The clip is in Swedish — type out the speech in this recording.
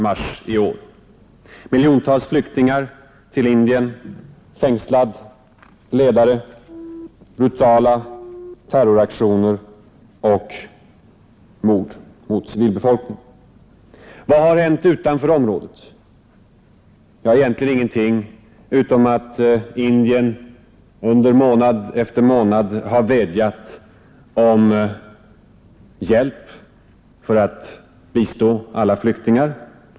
Miljontals flyktingar har kommit till Indien, ledaren har fängslats och det förekommer brutala terroraktioner och mord på civilbefolkningen. Vad har hänt utanför området? Ja, egentligen ingenting utom att Indien månad efter månad vädjat om hjälp med att bistå alla flyktingar.